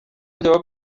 yasabye